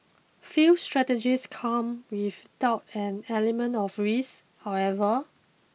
few strategies come without an element of risk however